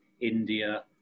India